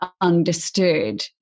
understood